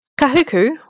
Kahuku